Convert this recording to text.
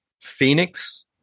Phoenix